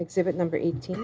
exhibit number eighteen